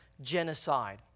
genocide